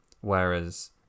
Whereas